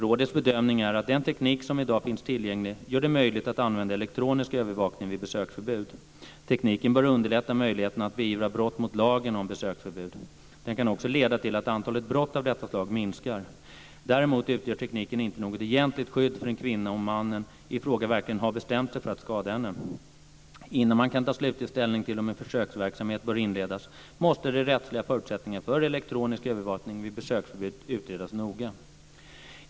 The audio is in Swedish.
Rådets bedömning är att den teknik som i dag finns tillgänglig gör det möjligt att använda elektronisk övervakning vid besöksförbud. Tekniken bör underlätta möjligheterna att beivra brott mot lagen om besöksförbud. Den kan också leda till att antalet brott av detta slag minskar. Däremot utgör tekniken inte något egentligt skydd för en kvinna om mannen i fråga verkligen har bestämt sig för att skada henne. Innan man kan ta slutlig ställning till om en försöksverksamhet bör inledas måste de rättsliga förutsättningarna för elektronisk övervakning vid besöksförbud utredas noga.